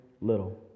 little